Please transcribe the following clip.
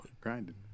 Grinding